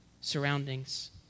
surroundings